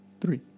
Three